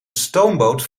stoomboot